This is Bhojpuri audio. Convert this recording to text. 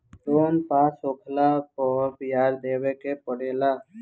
लोन पास होखला पअ बियाज देवे के पड़ेला